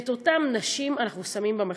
ואת אותן נשים אנחנו שמים במחשכים.